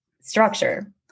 structure